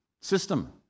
System